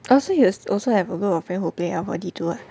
oh you also have a group of friend who play L four D two lah